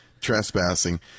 trespassing